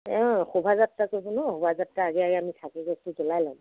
অঁ শোভাযাত্ৰাটো হেনো শোভাযাত্ৰাৰ আগে আগে আমি চাকিগছি জ্বলাই ল'ম